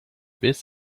biss